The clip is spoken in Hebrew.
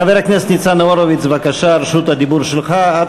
חבר הכנסת ניצן הורוביץ, בבקשה, רשות הדיבור שלך.